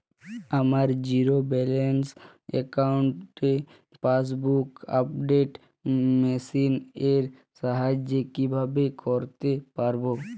আমার zero balance অ্যাকাউন্টে passbook update machine এর সাহায্যে কীভাবে করতে পারব?